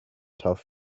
tough